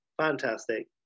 fantastic